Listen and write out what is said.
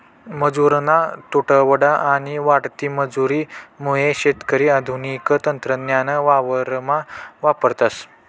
मजुरना तुटवडा आणि वाढती मजुरी मुये शेतकरी आधुनिक तंत्रज्ञान वावरमा वापरतस